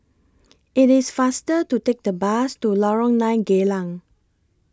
IT IS faster to Take The Bus to Lorong nine Geylang